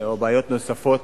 או בעיות נוספות,